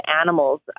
animals